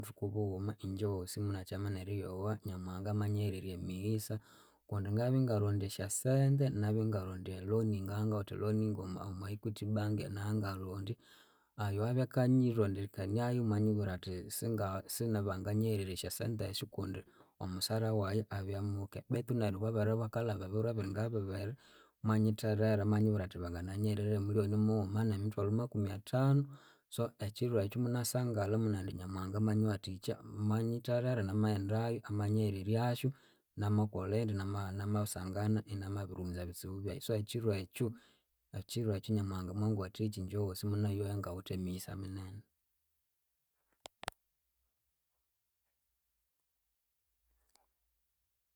Obuthuku bughuma ingyewosi munakyama neriyowa nyamuhanga amanyihererya emighisa kundi ngabya ngarondya esyasente nabya ingarondya eloan ngabya ngawithe eloan nguma omwa equity bank eyanangarondya. oyowabya kanyiwathikya erirondekania yu mwanyibwira athi singa sibanganyihererya esyasente esyu kundi omusara wayi abya muke betu neryu babere bakalaba ebiru ebiringa bibiri mwanyitherera amanyibwira athi banginanyihererya mullion mughuma nemithwalhu akumi athanu. So ekyiru ekyu munasangalha munabughindi nyamuhanga amanyiwathikya. Mwanyitherera namaghendayu amanyihereryasyu namakolhindi namasangana inamabiriwunza ebitsibu byayi so ekyiru ekyu ekyiru ekyu nyamuhanga mwangwathikya ingyewosi munayowa inawithe emighisa minene.